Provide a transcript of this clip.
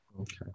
Okay